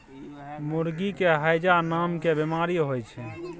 मुर्गी के हैजा नामके बेमारी होइ छै